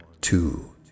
two